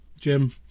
Jim